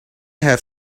have